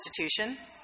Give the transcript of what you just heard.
institution